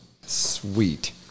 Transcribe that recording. Sweet